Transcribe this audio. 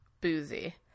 boozy